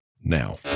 now